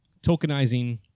tokenizing